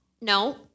No